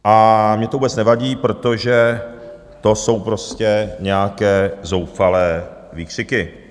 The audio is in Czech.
A mně to vůbec nevadí, protože to jsou prostě nějaké zoufalé výkřiky.